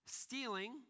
Stealing